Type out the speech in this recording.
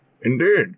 Indeed